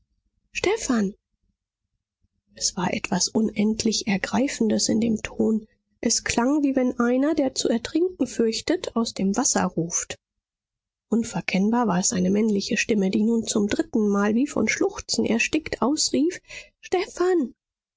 stephan es war etwas unendlich ergreifendes in dem ton es klang wie wenn einer der zu ertrinken fürchtet aus dem wasser ruft unverkennbar war es eine männliche stimme die nun zum drittenmal wie von schluchzen erstickt ausrief stephan